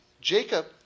Jacob